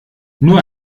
nur